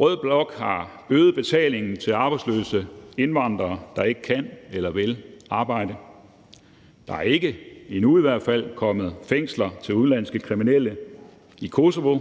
Rød blok har øget betalingen til arbejdsløse indvandrere, der ikke kan eller vil arbejde. Der er ikke – endnu i hvert fald – kommet fængsler til udenlandske kriminelle i Kosovo